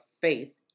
faith